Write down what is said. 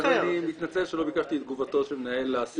אז אני מתנצל שלא ביקשתי את תגובתו של מנהל הסיעוד.